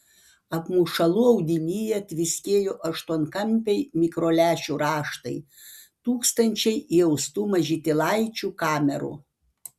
apmušalų audinyje tviskėjo aštuonkampiai mikrolęšių raštai tūkstančiai įaustų mažytėlaičių kamerų